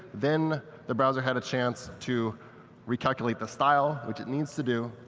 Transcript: then the browser had a chance to recalculate the style, which it needs to do,